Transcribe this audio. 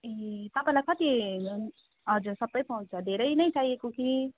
ए तपाईँलाई कति हजुर सबै पाउँछ धेरै नै चाहिएको कि